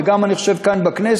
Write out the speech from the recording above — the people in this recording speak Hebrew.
ואני חושב שגם כאן בכנסת,